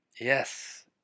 Yes